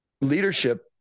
Leadership